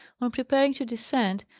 on preparing to descend,